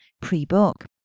pre-book